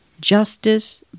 justice